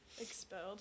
Expelled